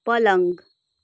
पलङ